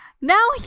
Now